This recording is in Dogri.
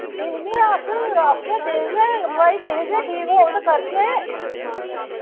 दिन्ने आं अस अग्ग देइयै ते हां भई दिखगे ठीक होग ते करगे